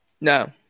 No